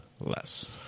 less